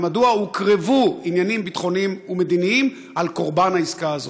ומדוע הוקרבו עניינים ביטחוניים ומדיניים על קורבן העסקה הזאת.